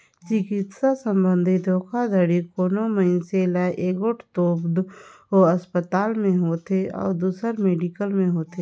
चिकित्सा संबंधी धोखाघड़ी कोनो मइनसे ल एगोट दो असपताल में होथे अउ दूसर मेडिकल में होथे